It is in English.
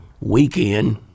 weekend